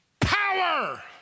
Power